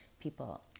people